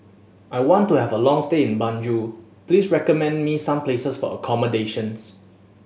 I want to have a long stay in Banjul please recommend me some places for accommodations